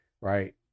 right